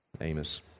Amos